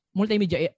multimedia